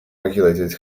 regulated